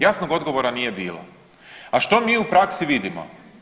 Jasnog odgovora nije bilo, a što mi u praksi vidimo?